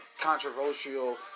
controversial